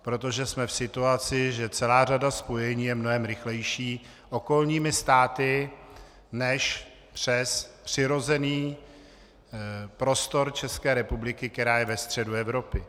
Protože jsme v situaci, že celá řada spojení je mnohem rychlejší okolními státy než přes přirozený prostor České republiky, která je ve středu Evropy.